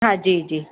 हा जी जी